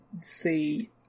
see